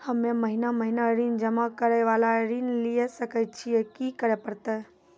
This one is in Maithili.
हम्मे महीना महीना ऋण जमा करे वाला ऋण लिये सकय छियै, की करे परतै?